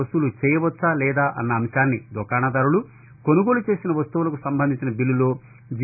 వసూలు చేయవచ్చా లేదా అన్న అంశాన్ని దుకాణదారులు కొనుగోలు చేసిన వస్తువులకు సంబంధించిన బిల్లలో జి